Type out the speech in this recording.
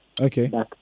Okay